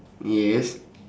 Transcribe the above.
yes